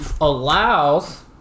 allows